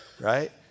right